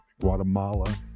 Guatemala